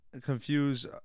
confuse